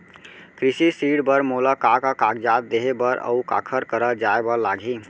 कृषि ऋण बर मोला का का कागजात देहे बर, अऊ काखर करा जाए बर लागही?